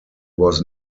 was